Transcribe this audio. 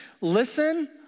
listen